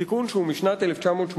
תיקון שהוא משנת 1982,